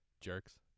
Jerks